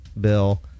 bill